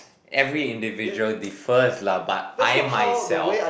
every individual differs lah but I myself